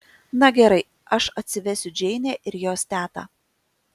na gerai aš atsivesiu džeinę ir jos tetą